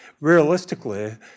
realistically